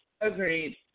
Agreed